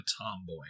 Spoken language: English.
tomboy